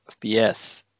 FPS